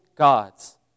gods